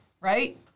right